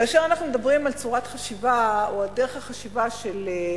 כאשר אנחנו מדברים על צורת חשיבה או על דרך החשיבה של,